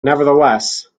nevertheless